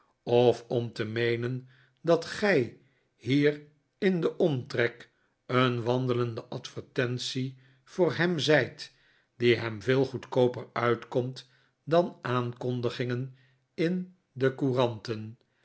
of om te meenen dat gij hier in den omtrek een wandelende advertentie voor hem zijt die hem veel goedkooper uitkomt dan aankondigingen in de couranten